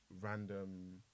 random